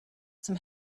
zum